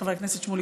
חבר הכנסת שמולי,